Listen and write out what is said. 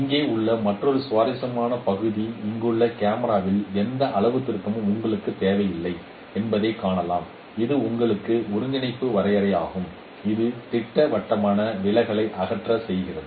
இங்கே உள்ள மற்றொரு சுவாரஸ்யமான பகுதி இங்குள்ள கேமராக்களின் எந்த அளவுத்திருத்தமும் உங்களுக்குத் தேவையில்லை என்பதைக் காணலாம் இது உங்கள் ஒருங்கிணைப்பு வரையறையாகும் இது இந்த திட்டவட்டமான விலகலை அகற்ற செய்கிறது